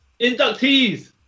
Inductees